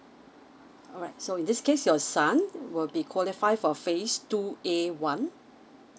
alright so in this case your son will be qualify for phase two A one